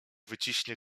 wyciśnie